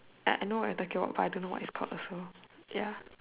I I know what you're talking about but I don't know what is it called also ya